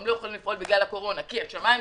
לא יכול לפעול בגלל הקורונה בגלל השמים הסגורים,